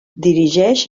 dirigeix